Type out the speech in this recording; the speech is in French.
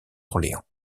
orléans